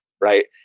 right